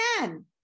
again